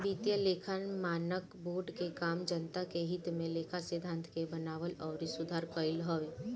वित्तीय लेखा मानक बोर्ड के काम जनता के हित में लेखा सिद्धांत के बनावल अउरी सुधार कईल हवे